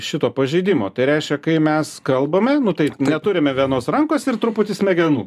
šito pažeidimo tai reiškia kai mes kalbame nu tai neturime vienos rankos ir truputį smegenų